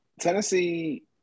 Tennessee